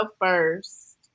first